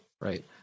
Right